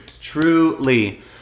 truly